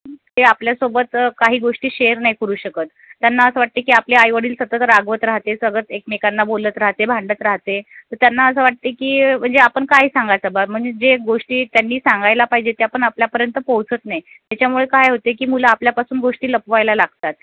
ते आपल्यासोबत काही गोष्टी शेअर नाही करू शकत त्यांना असं वाटते की आपले आईवडील सतत रागवत राहते सगळंच एकमेकांना बोलत राहते भांडत राहते तर त्यांना असं वाटते की म्हणजे आपण काय सांगायचं बा म्हणजे जे गोष्टी त्यांनी सांगायला पाहिजे ते आपण आपल्यापर्यंत पोहोचत नाही त्याच्यामुळे काय होते की मुलं आपल्यापासून गोष्टी लपवायला लागतात